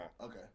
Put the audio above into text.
Okay